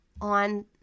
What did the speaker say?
on